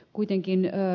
kuitenkin ed